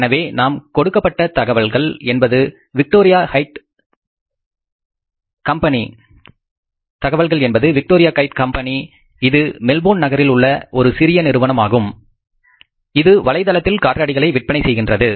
எனவே நமக்கு கொடுக்கப்பட்ட தகவல்கள் என்பது விக்டோரியா க்கைட் கம்பெனி இது மெல்போர்ன் நகரில் உள்ள ஒரு சிறிய நிறுவனம் ஆகும் இது வலைதளத்தில் காற்றாடிகளை விற்பனை செய்கின்றது